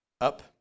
up